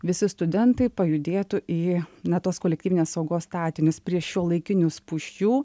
visi studentai pajudėtų į na tuos kolektyvinės saugos statinius prie šiuolaikinių spūsčių